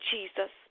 Jesus